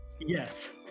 Yes